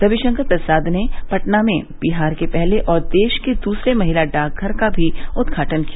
रविशंकर प्रसाद ने पटना में बिहार के पहले और देश के दसरे महिला डाक घर का भी उदघाटन किया